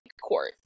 court